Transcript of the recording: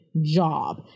job